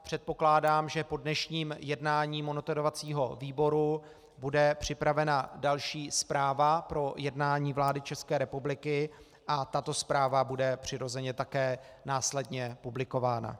Předpokládám, že po dnešním jednání monitorovacího výboru bude připravena další zpráva pro jednání vlády České republiky, a tato zpráva bude přirozeně také následně publikována.